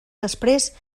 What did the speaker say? després